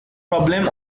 problem